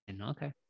okay